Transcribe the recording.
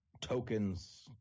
tokens